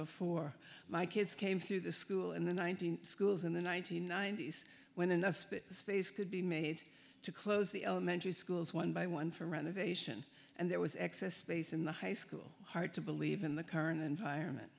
before my kids came through the school in the one nine hundred schools in the one nine hundred ninety s when enough space could be made to close the elementary schools one by one for renovation and there was excess space in the high school hard to believe in the current environment